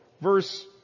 verse